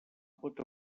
pot